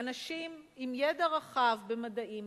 אנשים עם ידע רחב במדעים,